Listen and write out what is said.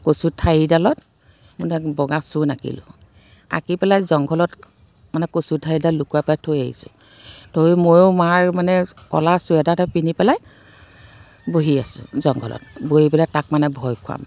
কচুৰ ঠাৰিডালত বগা চূণ আঁকিলো আঁকি পেলাই জংঘলত মানে কচু ঠাৰিডাল লুকুৱাই পেলাই থৈ আহিছোঁ থৈ ময়ো মাৰ মানে ক'লা চুৱেটাৰ এটা পিন্ধি পেলাই বহি আছোঁ জংঘলত বহি পেলাই তাক মানে ভয় খুৱাম